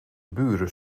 buren